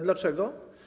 Dlaczego?